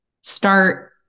start